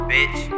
Bitch